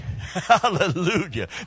Hallelujah